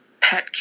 pet